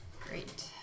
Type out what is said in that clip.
Great